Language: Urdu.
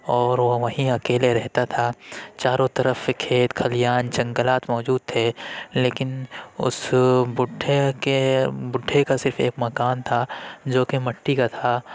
اور وہ وہیں اکیلے رہتا تھا چارو طرف کھیت کھلیان جنگلات موجود تھے لیکن اس بڈھے کے بڈھے کا صرف ایک مکان تھا جو کہ مٹی کا تھا